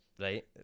Right